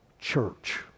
church